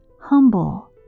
humble